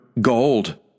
gold